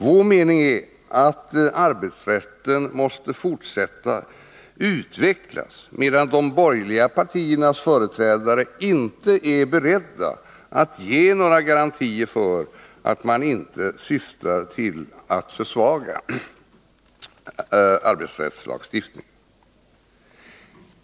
Vår mening är att arbetsrätten måste fortsätta att utvecklas, medan de borgerliga partiernas företrädare inte är beredda att ge några garantier för att man inte syftar till att försvaga arbetsrättslagstiftningen.